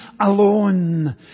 alone